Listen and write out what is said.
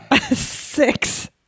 six